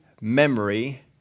memory